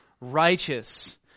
righteous